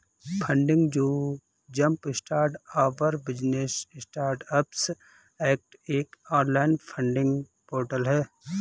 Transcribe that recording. funding जो jumpstart our business startups act एक online funding portal है